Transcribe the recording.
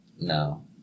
no